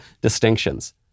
distinctions